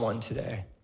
today